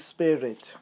Spirit